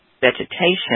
vegetation